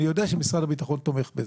אני יודע שמשרד הביטחון תומך בזה.